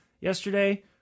yesterday